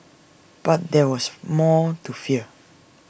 but there was more to fear